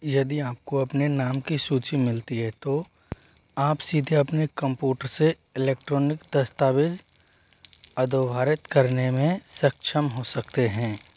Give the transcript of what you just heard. यदि आपको अपने नाम की सूची मिलती है तो आप सीधे अपने कंप्यूटर से इलेक्ट्रॉनिक दस्तावेज़ अधोभारित करने में सक्षम हो सकते हैं